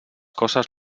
coses